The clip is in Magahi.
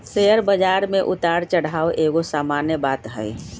शेयर बजार में उतार चढ़ाओ एगो सामान्य बात हइ